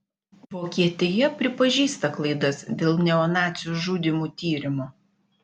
vokietija pripažįsta klaidas dėl neonacių žudymų tyrimo